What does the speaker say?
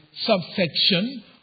subsection